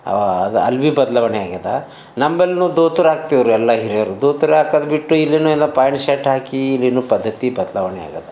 ಅಲ್ವಿ ಬದಲಾವಣೆ ಆಗ್ಯದ ನಮ್ಮಲ್ಲಿನು ಧೋತ್ರ ಹಾಕ್ತಿದ್ರು ಎಲ್ಲಾ ಹಿರಿಯರು ಧೋತ್ರ ಹಾಕೋದ್ ಬಿಟ್ಟು ಇಲ್ಲೂನೂ ಎಲ್ಲಾ ಪ್ಯಾಂಟ್ ಶರ್ಟ್ ಹಾಕಿ ಎಲ್ಲಾ ಪದ್ಧತಿ ಬದಲಾವಣೆ ಆಗ್ಯದ